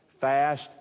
fast